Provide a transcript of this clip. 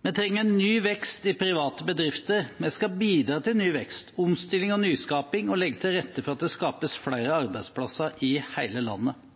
Vi trenger en ny vekst i private bedrifter. Vi skal bidra til ny vekst, omstilling og nyskaping og legge til rette for at det skapes flere arbeidsplasser i hele landet.